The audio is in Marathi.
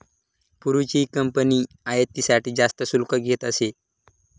पूर्वीची कंपनी आयातीसाठी जास्त शुल्क घेत असे